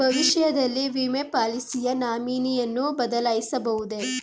ಭವಿಷ್ಯದಲ್ಲಿ ವಿಮೆ ಪಾಲಿಸಿಯ ನಾಮಿನಿಯನ್ನು ಬದಲಾಯಿಸಬಹುದೇ?